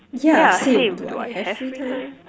yeah same do I have free time